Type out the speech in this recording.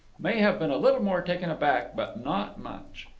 may have been a little more taken aback, but not much.